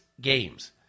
games